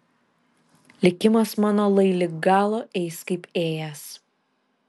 likimas mano lai lig galo eis kaip ėjęs